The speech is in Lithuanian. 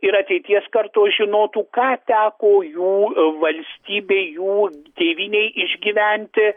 ir ateities kartos žinotų ką teko jų valstybei jų tėvynei išgyventi